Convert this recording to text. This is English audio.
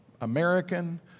American